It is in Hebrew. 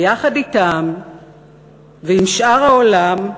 ויחד אתם ועם שאר העולם,